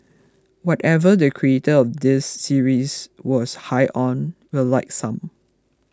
whatever the creator of this series was high on we'd like some